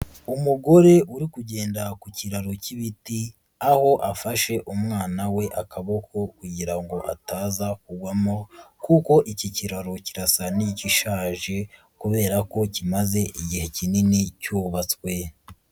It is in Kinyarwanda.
Umugore uri kugenda ku kiraro k'ibiti aho afashe umwana we akaboko kugira ngo ataza kugwamo kuko iki kiraro kirasa n'igishaje kubera ko kimaze igihe kinini cyubatswe.